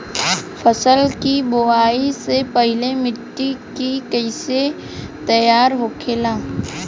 फसल की बुवाई से पहले मिट्टी की कैसे तैयार होखेला?